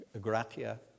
gratia